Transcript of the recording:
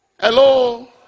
Hello